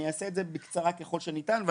אני אעשה את זה בקצרה ככל שניתן.